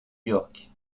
york